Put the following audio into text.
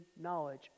knowledge